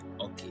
Okay